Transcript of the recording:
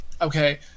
okay